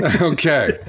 Okay